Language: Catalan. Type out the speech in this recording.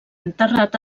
enterrat